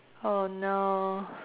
oh no